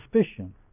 suspicion